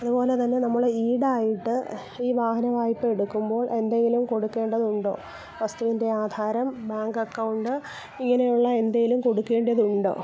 അതുപോലെതന്നെ നമ്മള് ഈടായിട്ട് ഈ വാഹന വായ്പ്പ എടുക്കുമ്പോൾ എന്തെങ്കിലും കൊടുക്കേണ്ടതുണ്ടോ വസ്തുവിൻ്റെ ആധാരം ബാങ്ക് അക്കൗണ്ട് ഇങ്ങനെയുള്ള എന്തേലും കൊടുക്കേണ്ടിയതുണ്ടോ